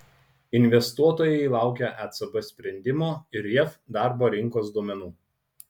investuotojai laukia ecb sprendimo ir jav darbo rinkos duomenų